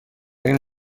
این